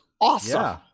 awesome